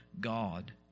God